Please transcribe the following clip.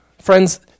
Friends